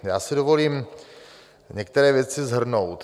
Já si dovolím některé věci shrnout.